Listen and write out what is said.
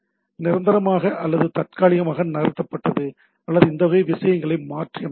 நிரந்தரமாக அல்லது தற்காலிகமாக நகர்த்தப்பட்டது அல்லது இந்த வகை விஷயங்களை மாற்றியமைக்கவில்லை